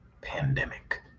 pandemic